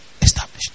Established